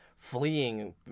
fleeing